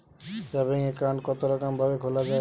Saving account কতরকম ভাবে খোলা য়ায়?